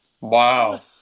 Wow